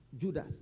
Judas